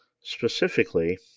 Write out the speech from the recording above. specifically